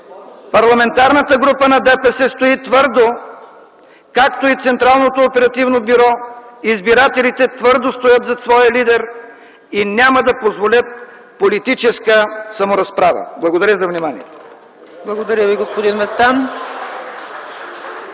Парламентарната група на ДПС стои твърдо, както и Централното оперативно бюро, избирателите твърдо стоят зад своя лидер и няма да позволят политическа саморазправа. Благодаря за вниманието.